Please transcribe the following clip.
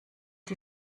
die